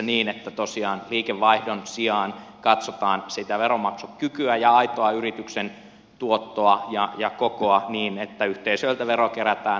niin että tosiaan liikevaihdon sijaan katsotaan sitä veronmaksukykyä ja aitoa yrityksen tuottoa ja kokoa niin että yhteisöiltä veroa kerätään liikevoittoperusteisesti